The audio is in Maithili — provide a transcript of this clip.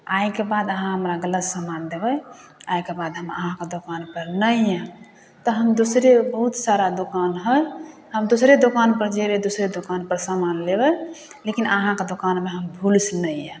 आइके बाद अहाँ हमरा गलत समान देबै आइके बाद हम अहाँके दोकानपर नहि आएब तऽ हम दोसरे बहुत सारा दोकान हइ हम दोसरे दोकानपर जेबै दोसरे दोकानपर समान लेबै लेकिन अहाँके दोकानमे हम भूल से नहि आएब